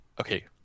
Okay